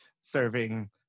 serving